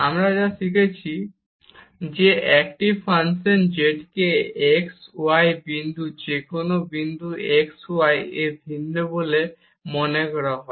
এবং আমরা যা শিখেছি যে একটি ফাংশন z কে x y বিন্দুতে ডিফারেনশিয়েবল বলা যাবে